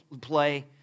play